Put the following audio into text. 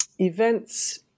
events